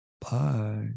Bye